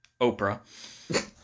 Oprah